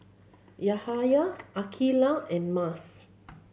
Yahaya Aqilah and Mas